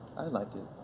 i like it,